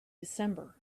december